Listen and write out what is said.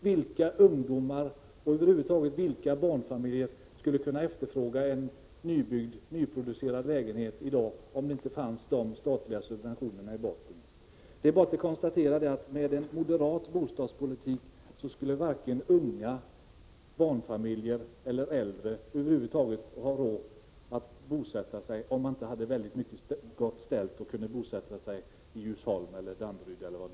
Vilka ungdomar och vilka barnfamiljer över huvud taget skulle kunna efterfråga en nyproducerad lägenhet i dag, om det inte skulle finnas statliga subventioner? Det är bara att konstatera att med den moderata bostadspolitiken skulle varken unga barnfamiljer eller äldre över huvud taget ha råd att bo bra, om de inte hade gott ställt och kunde bosätta sig i Djursholm eller Danderyd.